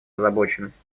озабоченность